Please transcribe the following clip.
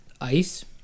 ice